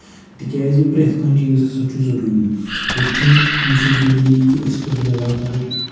تِکیازِ پرٛٮ۪تھ کانٛہہ چیٖز ہسا چھُ ضٔروٗری یِتھ کٔنۍ یہِ چھُ ضروٗری کہِ أسۍ کُس جگہ کرو